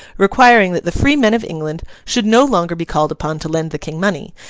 requiring that the free men of england should no longer be called upon to lend the king money,